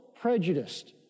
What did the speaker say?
prejudiced